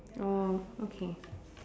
oh okay